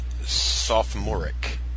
sophomoric